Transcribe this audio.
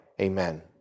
Amen